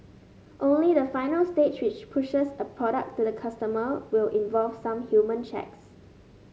only the final stage which pushes a product to the customer will involve some human checks